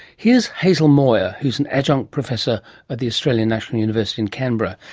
here's hazel moir, who's an adjunct professor at the australian national university in canberra.